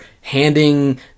handing